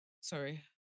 Sorry